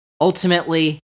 ultimately